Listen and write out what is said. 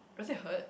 does it hurt